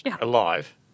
Alive